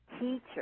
teacher